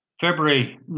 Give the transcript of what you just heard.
February